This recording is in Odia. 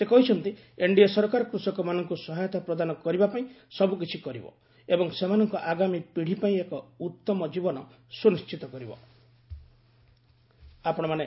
ସେ କହିଛନ୍ତି ଏନ୍ଡିଏ ସରକାର କୃଷକମାନଙ୍କୁ ସହାୟତା ପ୍ରଦାନ କରିବା ପାଇଁ ସବୁକିଛି କରିବେ ଏବଂ ସେମାନଙ୍କ ଆଗାମୀ ପିଢୀ ପାଇଁ ଏକ ଉତମ ଜୀବନ ସୁନିଶ୍ଚିତ କରିବେ